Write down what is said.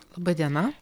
laba diena